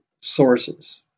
sources